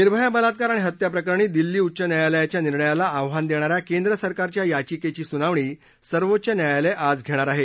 निर्भया बलात्कार आणि हत्या प्रकरणी दिल्ली उच्च न्यायालयाच्या निर्णयाला आव्हान देणाऱ्या केंद्रसरकारच्या याचिकेची सुनावणी सर्वोच्च न्यायालय आज धेणार आहे